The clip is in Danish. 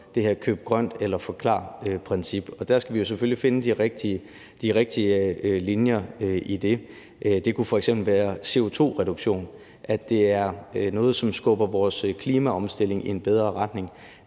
det her køb grønt, eller forklar-princip, og der skal vi jo selvfølgelig finde de rigtige linjer i det. Det kunne f.eks. være en CO2-reduktion, og at det er noget, som skubber vores klimaomstilling i en bedre retning.